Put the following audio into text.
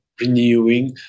renewing